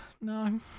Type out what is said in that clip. No